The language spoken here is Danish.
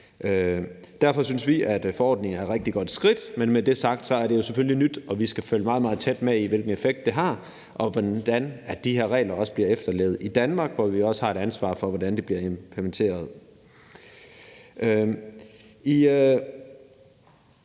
Derfor synes vi, at forordningen er et rigtig godt skridt, men med det sagt, er det jo selvfølgelig nyt, og vi skal følge meget, meget tæt med i, hvilken effekt den har, og hvordan de her regler bliver efterlevet i Danmark, hvor vi også har et ansvar for, hvordan det bliver implementeret.